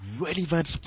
relevant